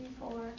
four